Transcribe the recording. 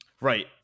right